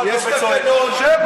שב.